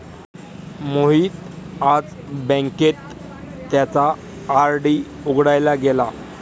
मोहित आज बँकेत त्याचा आर.डी उघडायला गेला